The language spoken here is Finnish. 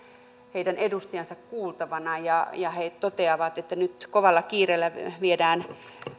heidän edustajansa kuultavana ja ja he toteavat että nyt kovalla kiireellä viedään